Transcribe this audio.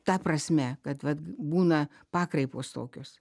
ta prasme kad vat būna pakraipos tokios